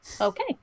Okay